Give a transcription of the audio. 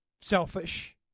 selfish